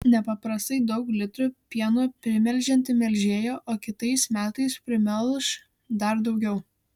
nepaprastai daug litrų pieno primelžianti melžėja o kitais metais primelš dar daugiau